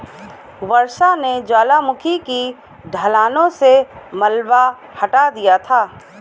वर्षा ने ज्वालामुखी की ढलानों से मलबा हटा दिया था